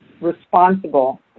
responsible